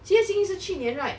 接 xin yi 是去年 right